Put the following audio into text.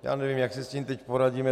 Já nevím, jak si s tím teď poradíme.